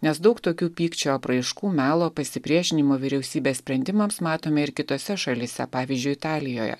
nes daug tokių pykčio apraiškų melo pasipriešinimo vyriausybės sprendimams matome ir kitose šalyse pavyzdžiui italijoje